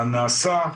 הנעשה,